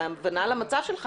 וההבנה למצבך,